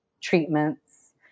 treatments